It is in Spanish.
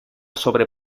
sobre